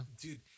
dude